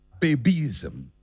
babyism